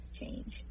change